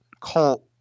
cult